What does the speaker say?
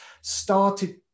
started